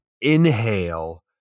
inhale